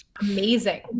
Amazing